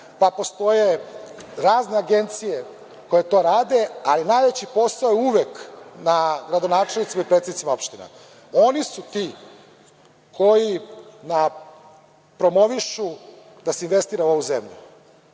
pa postoje razne agencije koje to rade, ali najveći posao je uvek na gradonačelnicima i predsednicima opština. Oni su ti koji promovišu da se investira u ovu zemlju.